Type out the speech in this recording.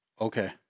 Okay